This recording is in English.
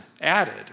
added